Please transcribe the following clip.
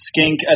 skink